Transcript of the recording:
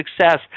success